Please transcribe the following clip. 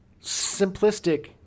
simplistic